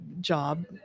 job